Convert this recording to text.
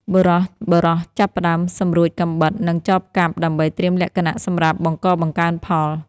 បុរសៗចាប់ផ្តើមសម្រួចកាំបិត និងចបកាប់ ដើម្បីត្រៀមលក្ខណៈសម្រាប់បង្កបង្កើនផល។